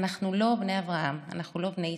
אנחנו לא בני אברהם, אנחנו לא בני יצחק,